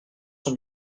sont